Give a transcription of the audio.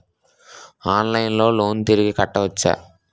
ఆన్లైన్లో లోన్ తిరిగి కట్టోచ్చా?